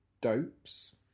dopes